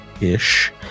ish